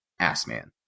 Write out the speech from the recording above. Assman